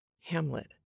Hamlet